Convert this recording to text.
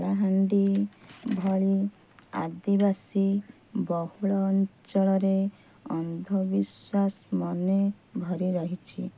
କଳାହାଣ୍ଡି ଭଳି ଆଦିବାସୀ ବହୁଳ ଅଞ୍ଚଳରେ ଅନ୍ଧବିଶ୍ୱାସ ମନେ ଭରି ରହିଛି